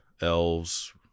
elves